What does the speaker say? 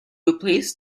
replaced